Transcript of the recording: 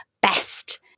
best